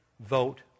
vote